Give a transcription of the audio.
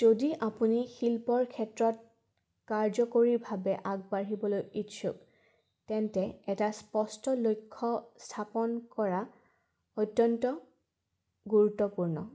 যদি আপুনি শিল্পৰ ক্ষেত্ৰত কাৰ্যকৰীভাৱে আগবাঢ়িবলৈ ইচ্ছুক তেন্তে এটা স্পষ্ট লক্ষ্য স্থাপন কৰা অত্যন্ত গুৰুত্বপূৰ্ণ